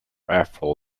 afro